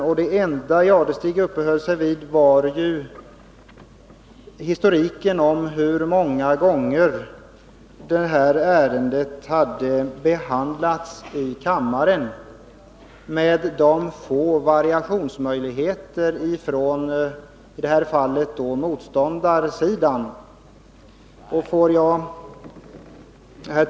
Det enda han uppehöll sig vid var ju historiken om hur många gånger detta ärende hade behandlats i kammaren och hur få variationsmöjligheter i argumenteringen som funnits från motståndarsidan vid varje tillfälle.